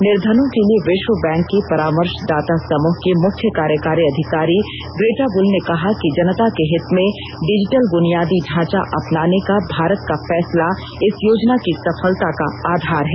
निर्धनों के लिए विश्व बैंक के परामर्श दाता समूह की मुख्य कार्यकारी अधिकारी ग्रेटा बुल ने कहा कि जनता के हित में डिजिटल बुनियादी ढ़ांचा अपनाने का भारत का फैसला इस योजना की सफलता का आधार है